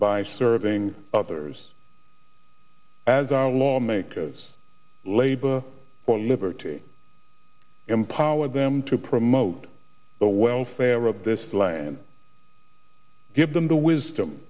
by serving others as our lawmakers labor for liberty empower them to promote the welfare of this land give them the wisdom